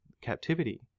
captivity